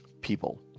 people